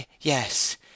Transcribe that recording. Yes